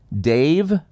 Dave